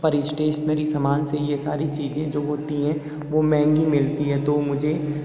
पर स्टेशनरी सामान से ये सारी चीज़ें जो वो होती है वो महंगी मिलती है तो मुझे